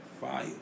fire